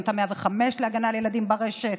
גם את 105 להגנה על ילדים ברשת